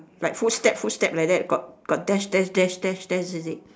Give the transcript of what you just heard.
like footstep footstep like that got got dash dash dash dash dash is it